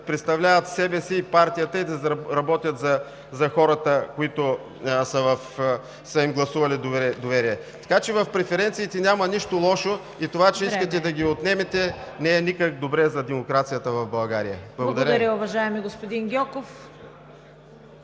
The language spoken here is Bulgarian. представляват себе си и партията и да работят за хората, които са им гласували доверие, така че в преференциите няма нищо лошо и това, че искате да ги отнемете не е никак добре за демокрацията в България. Благодаря. ПРЕДСЕДАТЕЛ ЦВЕТА КАРАЯНЧЕВА: Благодаря, уважаеми господин Гьоков.